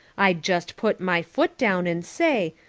i'd just put my foot down and say,